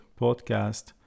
podcast